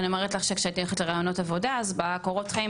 אני אומרת לך שכשהייתי הולכת לראיונות עבודה אז בקורות חיים